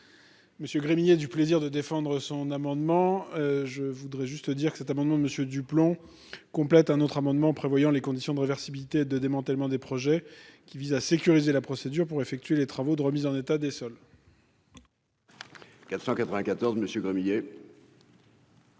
Gremillet du plaisir de défendre son amendement, je voudrais juste dire que cet amendement monsieur du plomb, complète un autre amendement prévoyant les conditions de réversibilité de démantèlement des projets qui visent à sécuriser la procédure pour effectuer les travaux de remise en état des sols.